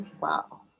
wow